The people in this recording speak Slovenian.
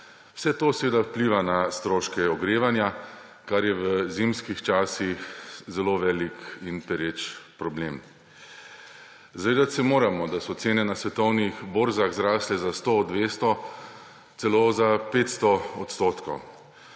Vse to seveda vpliva na stroške ogrevanja, kar je v zimskih časih zelo velik in pereč problem. Zavedati se moramo, da so cene na svetovnih borzah zrasle za 100, 200, celo za 500 %.